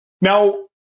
Now